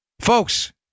Folks